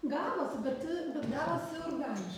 gavosi bet bet gavosi organiš